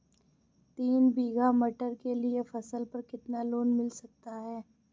तीन बीघा मटर के लिए फसल पर कितना लोन मिल सकता है?